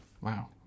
Wow